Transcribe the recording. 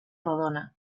rodona